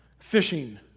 Fishing